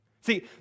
See